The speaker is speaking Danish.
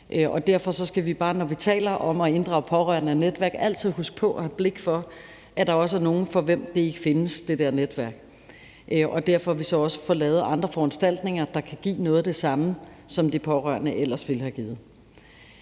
og derfor skal vi bare, når vi taler om at inddrage pårørende og netværk, altid huske på og have blik for, at der også er nogle, for hvem det der netværk ikke findes, og at vi derfor så også får lavet andre foranstaltninger, der kan give noget af det samme, som de pårørende ellers ville have givet.